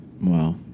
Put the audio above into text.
Wow